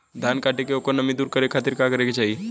धान कांटेके ओकर नमी दूर करे खाती का करे के चाही?